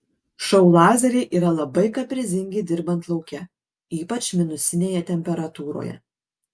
šou lazeriai yra labai kaprizingi dirbant lauke ypač minusinėje temperatūroje